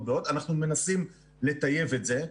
אנחנו מנסים לטייב את זה.